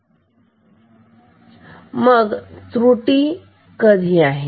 मग त्रुटी कधी आहे